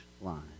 line